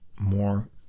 more